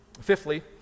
Fifthly